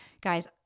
Guys